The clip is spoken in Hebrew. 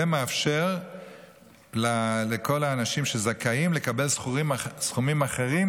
זה מאפשר לכל האנשים שזכאים לקבל סכומים אחרים